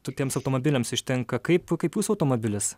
tokiems automobiliams užtenka kaip kaip jūsų automobilis